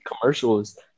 commercials